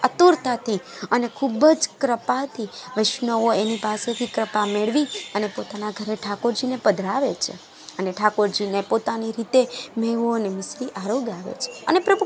અતુરતાથી અને ખૂબ જ કૃપાથી વૈષ્ણવો એની પાસેથી કૃપા મેળવી અને પોતાના ઘરે ઠાકોરજીને પધારે છે અને ઠાકોરજીને પોતાની રીતે મેવો અને મિસરી આરોગાવે છે અને પ્રભુ ખૂબ